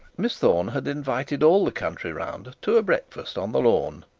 miss thorne had invited all the country round to a breakfast on the lawn.